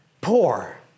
poor